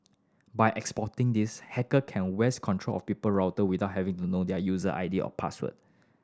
by exploiting this hacker can wrest control of people router without having to know their user I D or password